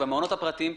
והמעונות הפרטיים,